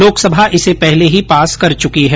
लोकसभा इसे पहले ही पास कर चुकी है